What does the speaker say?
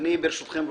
ברשותכם,